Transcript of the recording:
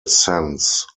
sense